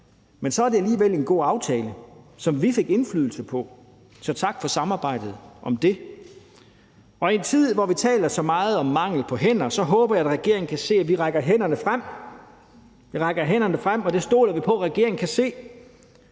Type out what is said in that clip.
generelt, er det alligevel en god aftale, som vi fik indflydelse på. Så tak for samarbejdet om det. I en tid, hvor vi taler så meget om manglen på hænder, håber jeg at regeringen kan se at vi rækker hænderne frem. Vi rækker hænderne frem, og det stoler vi på regeringen kan se.